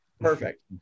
perfect